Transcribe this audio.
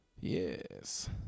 Yes